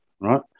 right